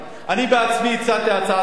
אני עצמי הצעתי הצעת חוק